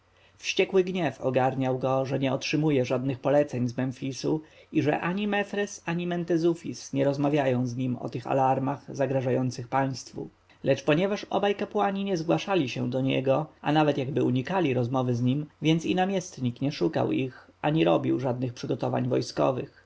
wściekły gniew ogarniał go że nie otrzymuje żadnych poleceń z memfisu i że ani mefres ani mentezufis nie rozmawiają z nim o tych alarmach zagrażających państwu lecz ponieważ obaj kapłani nie zgłaszali się do niego a nawet jakby unikali rozmowy z nim więc i namiestnik nie szukał ich ani robił żadnych przygotowań wojennych